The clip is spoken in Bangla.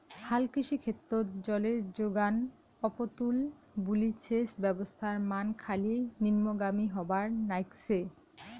হালকৃষি ক্ষেত্রত জলের জোগান অপ্রতুল বুলি সেচ ব্যবস্থার মান খালি নিম্নগামী হবার নাইগছে